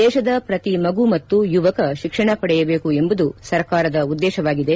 ದೇಶದ ಪ್ರತಿ ಮಗು ಮತ್ತು ಯುವಕ ಶಿಕ್ಷಣ ಪಡೆಯಬೇಕು ಎಂಬುದು ಸರ್ಕಾರದ ಉದ್ದೇಶವಾಗಿದೆ